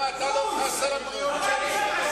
תגיד, למה אתה לא חס על הבריאות שלי?